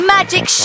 Magic